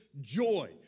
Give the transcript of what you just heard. joy